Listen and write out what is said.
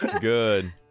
good